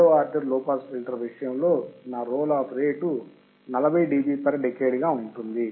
రెండవ ఆర్డర్ లో pass filter విషయంలో నా roll off rate 40 dB per decade గా ఉంటుంది